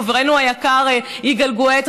חברנו היקר יגאל גואטה,